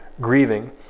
grieving